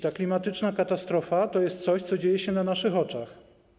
Ta klimatyczna katastrofa to jest coś, co dzieje się na naszych oczach.